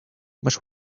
masz